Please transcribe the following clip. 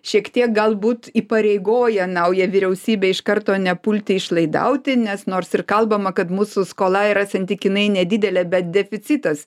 šiek tiek galbūt įpareigoja naują vyriausybę iš karto nepulti išlaidauti nes nors ir kalbama kad mūsų skola yra santykinai nedidelė bet deficitas